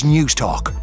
Newstalk